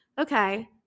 Okay